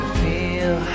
feel